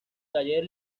taller